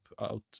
out